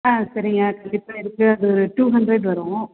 ஆ சரிங்க கண்டிப்பாக இருக்குது அது டூ ஹண்ட்ரேட் வரும்